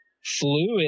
fluid